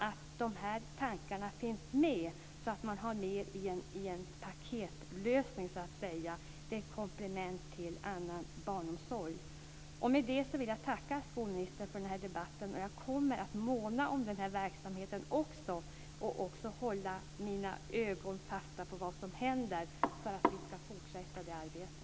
Det är bra att tankarna finns med så att man i en paketlösning, så att säga, har med ett komplement till annan barnomsorg. Med det vill jag tacka skolministern för den här debatten. Jag kommer också att måna om den här verksamheten, och jag kommer att hålla ögonen på vad som händer för att vi skall fortsätta det arbetet.